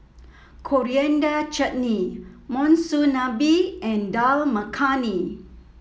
Coriander Chutney Monsunabe and Dal Makhani